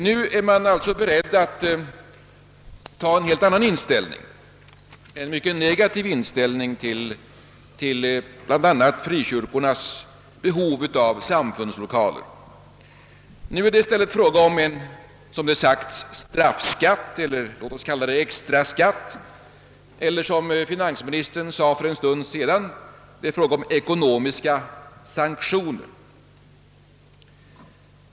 Nu är man beredd att ta en mycket negativ ståndpunkt till bl.a. frikyrkornas behov av samfundslokaler. Det är i stället fråga om en, som det har uttryckts, straffskatt eller låt oss kalla det extraskatt. Finansministern sade för en stund sedan att det var fråga om ekonomiska sanktioner.